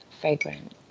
fragrant